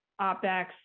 OpEx